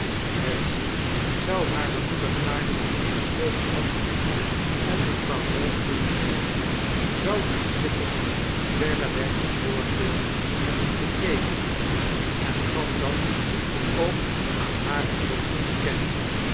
betsy zou hare moeder gaarne op het kasteel gehad hebben en mevrouw hawtrey zelve zoudieschikking verreweg de voorkeur hebben gegevenen gaf dat ook aan hare dochter te kennen